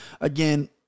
again